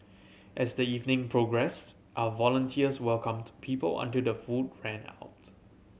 as the evening progressed our volunteers welcomed people until the food ran out